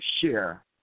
share